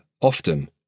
often